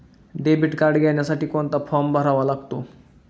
Debit card घेण्यासाठी कोणता form भरावा लागतो?